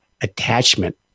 attachment